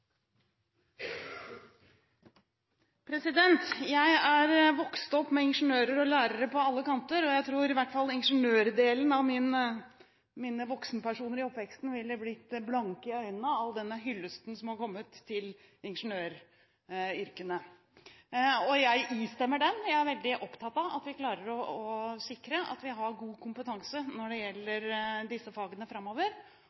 Jeg er vokst opp med ingeniører og lærere på alle kanter, og jeg tror at i hvert fall ingeniørdelen av mine voksenpersoner i oppveksten ville blitt blanke i øynene av denne hyllesten som har kommet til ingeniøryrkene. Jeg istemmer den, og jeg er veldig opptatt av at vi klarer å sikre god kompetanse når det gjelder disse fagene framover. Vi har noen utfordringer med tanke på at det